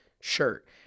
shirt